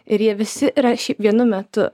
ir jie visi yra šiaip vienu metu